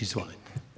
Izvolite.